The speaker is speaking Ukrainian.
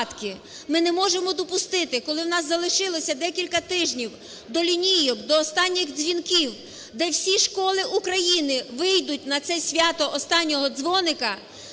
Ми не можемо допустити, коли у нас залишилося декілька тижнів до лінійок, до останніх дзвінків, де всі школи України вийдуть на це свято останнього дзвоника